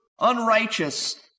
unrighteous